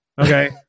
Okay